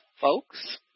folks